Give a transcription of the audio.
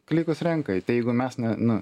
klikus renka tai jeigu mes ne na